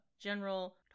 General